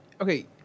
okay